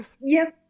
Yes